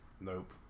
Nope